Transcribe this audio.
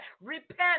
Repent